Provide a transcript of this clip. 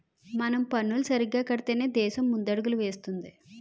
మనం పన్నులు సరిగ్గా కడితేనే దేశం ముందడుగులు వేస్తుంది